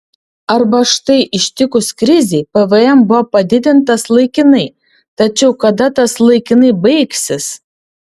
arba štai ištikus krizei pvm buvo padidintas laikinai tačiau kada tas laikinai baigsis